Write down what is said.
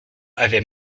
avait